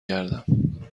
گردم